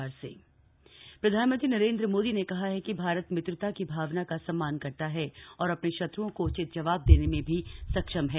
मन की बात प्रधानमंत्री नरेन्द्र मोदी ने कहा है कि भारत मित्रता की भावना का सम्मान करता है और अपने शत्रुओं को उचित जवाब देने में भी सक्षम है